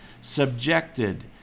subjected